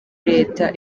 leta